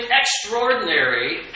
extraordinary